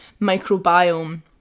microbiome